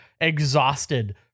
exhausted